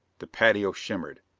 the patio shimmered,